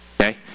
Okay